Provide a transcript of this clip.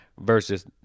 versus